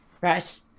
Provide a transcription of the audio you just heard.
Right